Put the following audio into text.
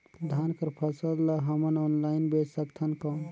धान कर फसल ल हमन ऑनलाइन बेच सकथन कौन?